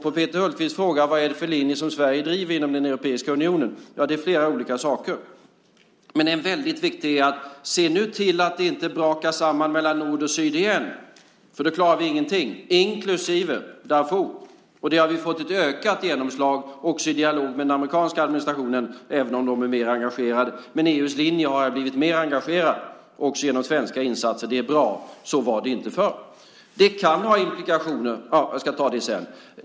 På Peter Hultqvists fråga vad det är för linje som Sverige driver inom den europeiska unionen vill jag svara att det är flera olika saker. En väldigt viktig sak är: Se nu till att det inte brakar samman mellan nord och syd igen, för då klarar vi ingenting, inklusive Darfur! Det har vi fått ett ökat genomslag för, också i dialog med den amerikanska administrationen, även om de är mer engagerade. Men EU:s linje har blivit mer engagerad också genom svenska insatser. Det är bra. Så var det inte förr. Det kan ha implikationer, men jag ska ta det sedan.